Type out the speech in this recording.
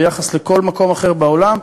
ביחס לכל מקום אחר בעולם.